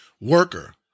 worker